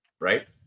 right